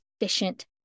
efficient